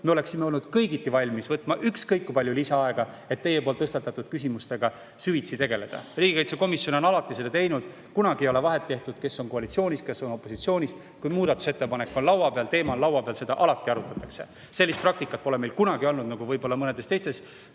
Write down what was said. me oleksime olnud kõigiti valmis kulutama ükskõik kui palju lisaaega, et teie tõstatatud küsimustega süvitsi tegeleda. Riigikaitsekomisjon on alati seda teinud. Kunagi ei ole vahet tehtud, kes on koalitsioonis, kes on opositsioonis. Kui muudatusettepanek on laua peal, teema on laua peal, siis seda alati arutatakse. Sellist praktikat pole meil kunagi olnud, nagu on võib-olla mõnes teises,